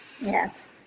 Yes